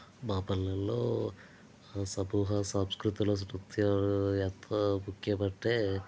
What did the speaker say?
మా పల్లెలలో సమూహ సాంస్కృతిక నృత్యాలు ఎంత ముఖ్యమంటే